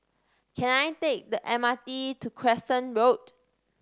can I take the M R T to Crescent Road